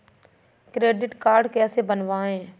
Credit card कैसे बनवाएँ?